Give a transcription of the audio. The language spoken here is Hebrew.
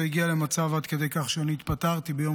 זה הגיע עד כדי כך שאני התפטרתי ביום